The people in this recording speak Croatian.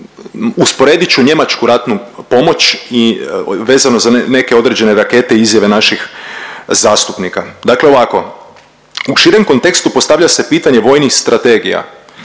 usporedit ću njemačku ratnu pomoć i vezano za neke određene rakete i izjave naši zastupnika. Dakle, ovako u širem kontekstu postavlja se pitanje vojnih strategija